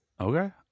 Okay